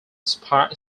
spring